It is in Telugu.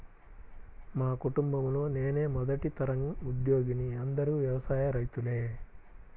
మా కుటుంబంలో నేనే మొదటి తరం ఉద్యోగిని అందరూ వ్యవసాయ రైతులే